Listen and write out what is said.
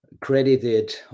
credited